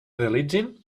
realitzin